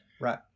right